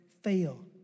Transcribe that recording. fail